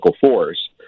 force